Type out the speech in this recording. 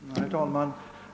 Herr talman!